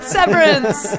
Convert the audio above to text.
Severance